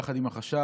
יחד עם החשב,